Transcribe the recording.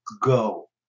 go